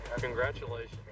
Congratulations